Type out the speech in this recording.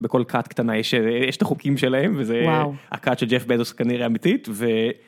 בכל כת קטנה יש את החוקים שלהם וזה.. והכת של ג'ף באזוס כנראה אמיתית.